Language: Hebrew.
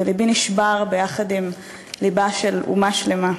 ולבי נשבר ביחד עם לבה של אומה שלמה.